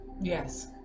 Yes